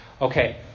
Okay